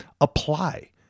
Apply